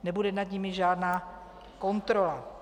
Nebude nad nimi žádná kontrola.